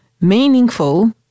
meaningful